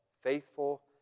faithful